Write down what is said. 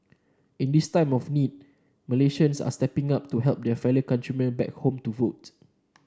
in this time of need Malaysians are stepping up to help their fellow countrymen back home to vote